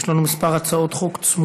יש לנו כמה הצעות צמודות.